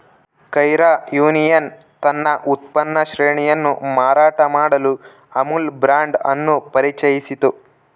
Kaira union ತನ್ನ ಉತ್ಪನ್ನ ಶ್ರೇಣಿಯನ್ನು ಮಾರಾಟ ಮಾಡಲು ಅಮುಲ್ ಬ್ರಾಂಡ್ ಅನ್ನು ಪರಿಚಯಿಸಿತು